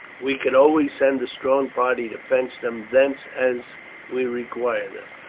we could always send a strong party to fetch them thence as we require them.